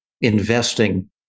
investing